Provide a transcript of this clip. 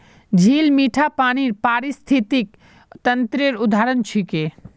झील मीठा पानीर पारिस्थितिक तंत्रेर उदाहरण छिके